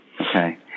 Okay